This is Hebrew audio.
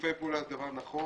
שיתופי פעולה זה דבר נכון.